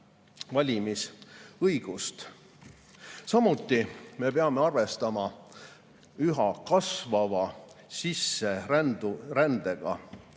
valimisõigus. Samuti peame me arvestama üha kasvava sisserändega.